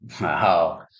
Wow